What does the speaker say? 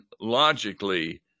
logically